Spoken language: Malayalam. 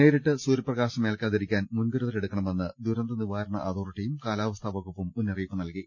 നേരിട്ട് സൂര്യപ്രകാശം ഏൽക്കാതിരിക്കാൻ മുൻക രുതൽ എടുക്കണമെന്ന് ദുരന്ത നിവാരണ അതോറിറ്റിയും കാലാവസ്ഥാ വകുപ്പും മുന്നറിയിപ്പ് നൽകി